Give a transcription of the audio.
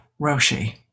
Roshi